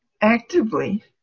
actively